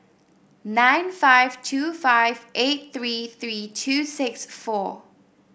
nine five two five eight three three two six four